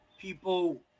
people